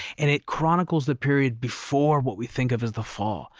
and it chronicles the period before what we think of as the fall.